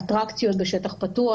אטרקציות בשטח פתוח,